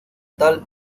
tal